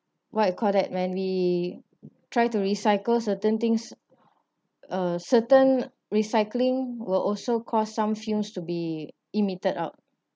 what you call that when we try to recycle certain things uh certain recycling will also cause some fumes to be emitted out